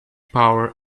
power